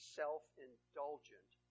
self-indulgent